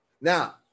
now